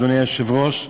אדוני היושב-ראש,